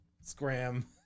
Scram